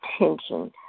attention